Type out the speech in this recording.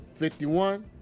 51